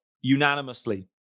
unanimously